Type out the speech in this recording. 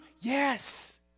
Yes